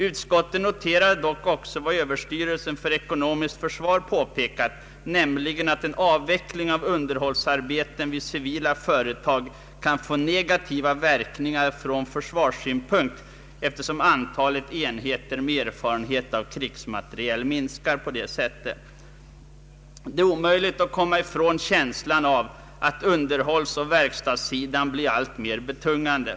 Utskottet noterar dock också vad överstyrelsen för ekonomiskt försvar påpekar, nämligen att en avveckling av underhållsarbeten vid civila företag kan få negativa verkningar från beredskapssynpunkt, eftersom antalet enheter med erfarenhet av krigsmateriel minskar på det sättet. Det är omöjligt att komma ifrån känslan av att underhållsoch verkstadssidan blir alltmer betungande.